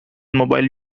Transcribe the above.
mobile